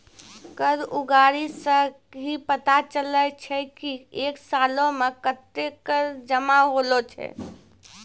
कर उगाही सं ही पता चलै छै की एक सालो मे कत्ते कर जमा होलो छै